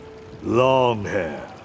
Longhair